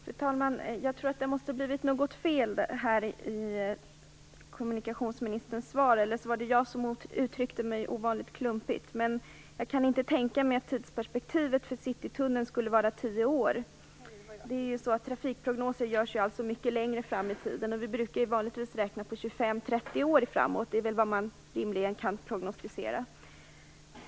Fru talman! Jag tror att det måste ha blivit något fel i kommunikationsministerns svar eller så uttryckte jag mig ovanligt klumpigt. Jag kan nämligen inte tänka mig att tidsperspektivet för Citytunneln skulle vara tio år. Trafikprognoser görs ju mycket längre framåt i tiden, och vi brukar vanligtvis räkna på 25 30 år. Det är vad man rimligen kan prognosticera.